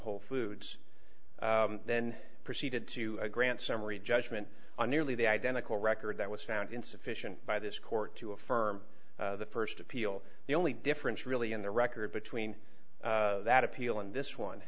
whole foods then proceeded to grant summary judgment on nearly the identical record that was found insufficient by this court to affirm the st appeal the only difference really in the record between that appeal and this one